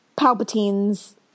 Palpatine's